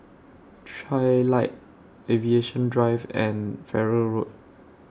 Trilight Aviation Drive and Farrer Road